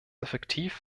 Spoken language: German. effektiv